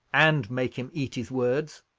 and make him eat his words.